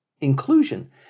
inclusion